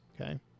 okay